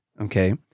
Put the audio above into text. okay